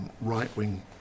right-wing